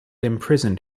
imprisoned